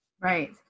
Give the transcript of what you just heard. Right